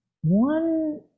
one